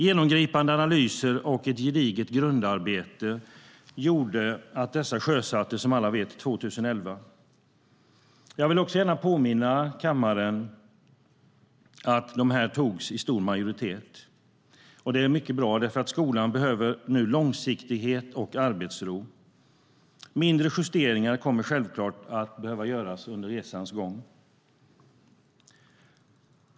Genomgripande analyser och ett gediget grundarbete gjorde att dessa sjösattes, som alla vet, 2011. Jag vill också gärna påminna kammaren om att besluten fattades med stor majoritet. Det är bra. Skolan behöver nu långsiktighet och arbetsro. Mindre justeringar kommer självklart att behöva göras under resans gång.